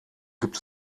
gibt